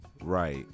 Right